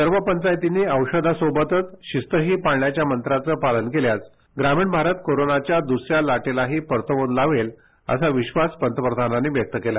सर्व पंचायतींनी औषधासोबतच शिस्तही पाळण्याचं मंत्राचं पालन केल्यास ग्रामीण भारत कोरोनाच्या दुसऱ्या लाटेलाही परतवून लावेल असा विश्वास पंतप्रधानांनी व्यक्त केला